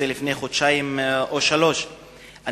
לפני חודשיים או שלושה חודשים.